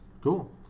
Cool